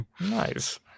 Nice